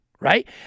Right